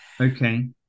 okay